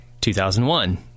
2001